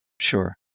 Sure